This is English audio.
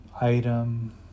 item